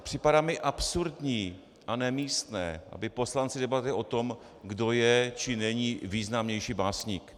Připadá mi absurdní a nemístné, aby poslanci debatovali o tom, kdo je či není významnější básník.